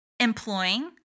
employing